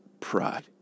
Pride